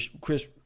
Chris